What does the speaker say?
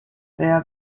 there